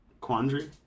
quandary